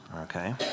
Okay